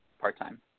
part-time